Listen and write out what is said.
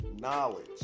knowledge